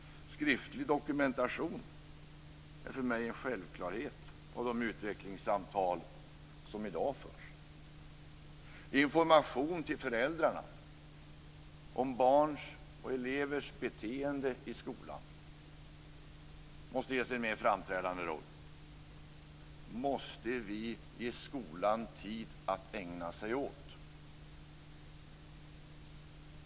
Skriftlig dokumentation och sådana utvecklingssamtal som i dag förs är för mig en självklarhet. Information till föräldrarna om barns och elevers beteende i skolan måste ges en mer framträdande roll. Vi måste ge skolan tid att ägna sig åt detta.